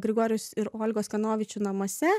grigorijaus ir olgos kanovičių namuose